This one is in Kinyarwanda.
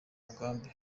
mugambi